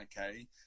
okay